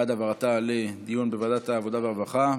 בעד העברתה לדיון בוועדת העבודה והרווחה,